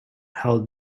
held